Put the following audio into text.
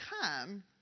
come